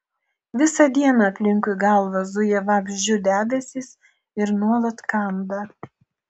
visą dieną aplinkui galvą zuja vabzdžių debesys ir nuolat kanda